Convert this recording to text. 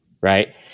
right